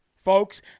Folks